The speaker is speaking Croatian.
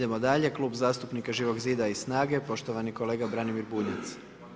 Idemo dalje, Klub zastupnika Živog zida i SNAGA-e, poštovani kolega Branimir Bunjac.